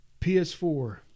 PS4